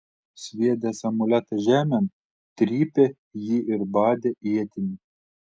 sviedęs amuletą žemėn trypė jį ir badė ietimi